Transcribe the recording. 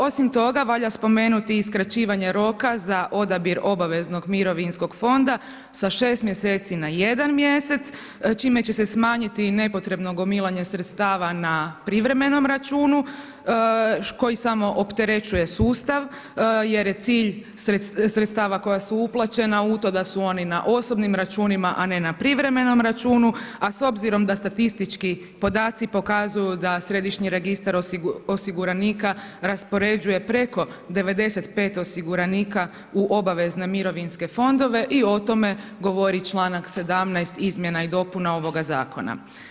Osim toga, valja spomenuti i skraćivanje roka za odabir obaveznog mirovinskog fonda sa 6 mjeseci na 1 mjesec čime će se smanjiti nepotrebno gomilanje sredstava na privremenom računu koji samo opterećuje sustav jer je cilj sredstava koja su uplaćena u to da su oni na osobnim računima a ne na privremenom računu, a s obzirom da statistički podaci pokazuje da Središnji registar osiguranika raspoređuje preko 95 osiguranika u obavezne mirovinske fondove i o tome govori članak 17. izmjena i dopuna ovoga zakona.